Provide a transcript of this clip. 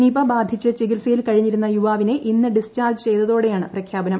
Nipah ബാധിച്ച് ചികിത്സയിൽ കഴിഞ്ഞിരുന്ന യുവാവിനെ ഇന്ന് ഡിസ്ചാർജ് ചെയ്തതോടെയാണ് പ്രഖ്യാപനം